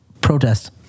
Protest